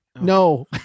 no